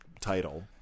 title